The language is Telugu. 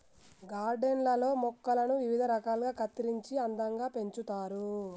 గార్డెన్ లల్లో మొక్కలను వివిధ రకాలుగా కత్తిరించి అందంగా పెంచుతారు